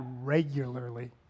regularly